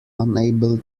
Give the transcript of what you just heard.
unable